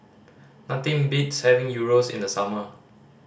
nothing beats having Gyros in the summer